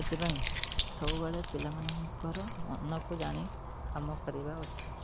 ସେଥିପାଇଁ ସବୁବେଳେ ପିଲାମାନଙ୍କର ମନକୁ ଜାଣି କାମ କରିବା ଉଚିତ୍